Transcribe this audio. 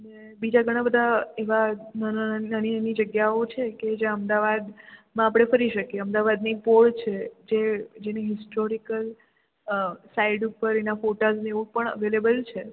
અને બીજા ઘણાબધા એવા નાના નાના નાની નાની જગ્યાઓ છે કે જે અમદાવાદ માં આપણે ફરી શકીએ અમદાવાદની પોળ છે જે જેની હિસ્ટોરિકલ સાઈડ ઉપર એના ફોટાસ ને એવું પણ અવેલેબલ છે